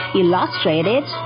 illustrated